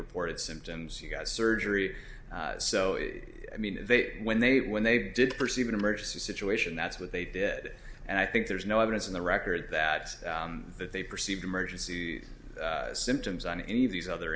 reported symptoms he got surgery so it i mean when they when they did perceive an emergency situation that's what they did and i think there's no evidence in the record that that they perceived emergency symptoms on any of these other